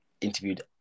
interviewed